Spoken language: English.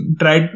try